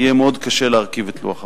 יהיה מאוד קשה להרכיב את לוח הבחינות.